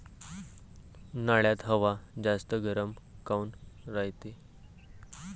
उन्हाळ्यात हवा जास्त गरम काऊन रायते?